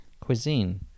Cuisine